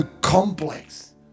complex